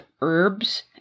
herbs